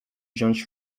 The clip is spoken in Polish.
wziąć